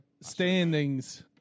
Standings